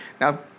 Now